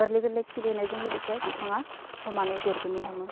गोरलै गोरलै खिलिनायजों लोगोसे बिफाङा समानै देरबोनो हमो